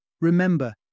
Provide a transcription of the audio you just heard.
Remember